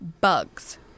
bugs